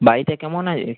বাড়িতে কেমন আছে